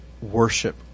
worship